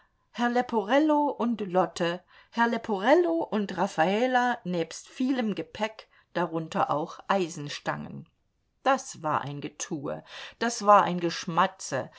herr leporello und lotte herr leporello und raffala nebst vielem gepäck darunter auch eisenstangen das war ein getue das war ein geschmatze